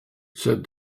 said